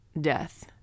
death